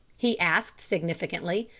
he asked significantly.